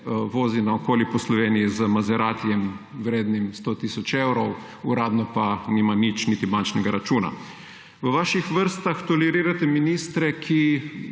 vozi naokoli po Sloveniji z maseratijem, vrednim 100 tisoč evrov, uradno pa nima nič, niti bančnega računa. V vaših vrstah tolerirate ministre, ki